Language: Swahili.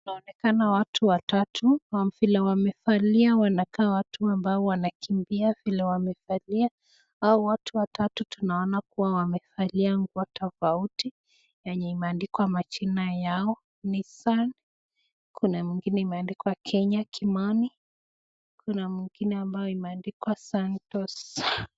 Inaonekana watu watatu vile wamevalia wanakaa watu ambao wanakimbia ,vile wamevalia hao watu watatu tunaona kuwa wamevalia nguo tofauti yenye imeandikwa majina yao ,Nissan kuna ya mwingine imeandikwa Kenya Kimani ,kuna ya mwingine imeandikwa Santos.